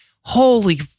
Holy